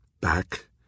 back